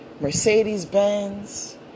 Mercedes-Benz